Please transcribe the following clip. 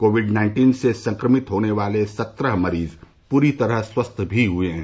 Covid nineteen से संक्रमित होने वाले सत्रह मरीज पूरी तरह स्वस्थ भी हुए हैं